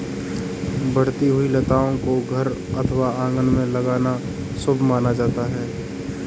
बढ़ती हुई लताओं को घर अथवा आंगन में लगाना शुभ माना जाता है